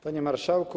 Panie Marszałku!